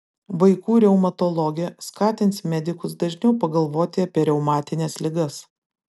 vaikų reumatologė skatins medikus dažniau pagalvoti apie reumatines ligas